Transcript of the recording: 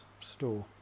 store